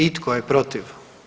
I tko je protiv?